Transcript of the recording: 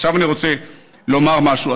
עכשיו אני רוצה לומר משהו.